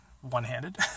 one-handed